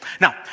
Now